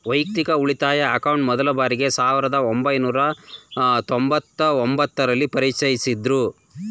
ವೈಯಕ್ತಿಕ ಉಳಿತಾಯ ಅಕೌಂಟ್ ಮೊದ್ಲ ಬಾರಿಗೆ ಸಾವಿರದ ಒಂಬೈನೂರ ತೊಂಬತ್ತು ಒಂಬತ್ತು ರಲ್ಲಿ ಪರಿಚಯಿಸಿದ್ದ್ರು